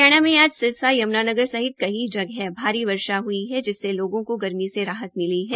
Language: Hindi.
हरियाणा में आज सिरसा यम्नानगर सति कई जगह भारी वर्षा हई है जिससे लोगों को गर्मी से राहत मिली है